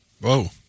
Whoa